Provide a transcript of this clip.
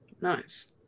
Nice